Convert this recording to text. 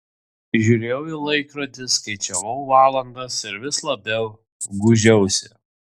žiūrėjau į laikrodį skaičiavau valandas ir vis labiau gūžiausi